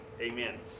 amen